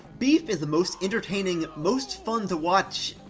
beef is the most entertaining, most fun to watch,